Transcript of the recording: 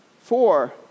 Four